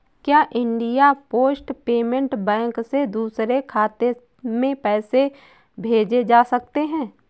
क्या India post payment bank से दूसरे खाते में पैसे भेजे जा सकते हैं?